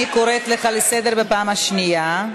אני קוראת אותך לסדר פעם שנייה.